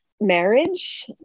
marriage